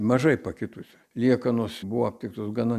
mažai pakitusi liekanos buvo aptiktos gana